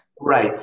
Right